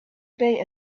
pay